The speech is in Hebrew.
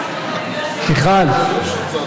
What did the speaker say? מיכל,